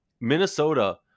Minnesota